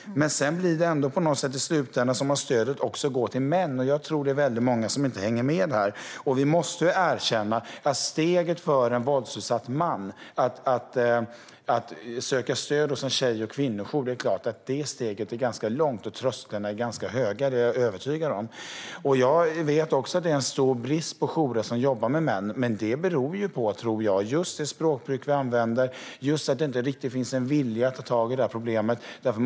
Men i slutändan tycks ministern mena att detta stöd ändå går till män, och jag tror att det är många som inte hänger med i det resonemanget. Vi måste erkänna att steget för en våldsutsatt man att söka stöd hos en tjej eller kvinnojour är ganska långt, och trösklarna är ganska höga. Det är jag övertygad om. Vi vet också att det är stor brist på jourer som jobbar med män. Jag tror dock att detta beror just på det språkbruk vi använder. Det finns inte riktigt en vilja att ta tag i problemet.